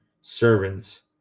servants